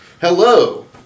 hello